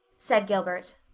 said gilbert.